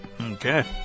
Okay